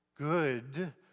good